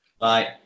Bye